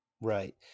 Right